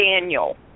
Daniel